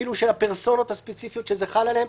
אפילו מהפרסונות הספציפיות שזה חל עליהם.